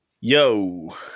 Yo